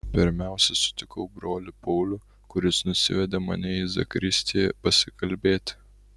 pirmiausia sutikau brolį paulių kuris nusivedė mane į zakristiją pasikalbėti